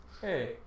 Hey